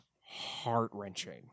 heart-wrenching